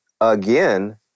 again